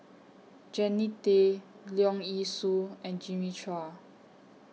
Jannie Tay Leong Yee Soo and Jimmy Chua